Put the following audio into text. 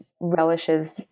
relishes